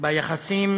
ביחסים